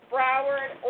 Broward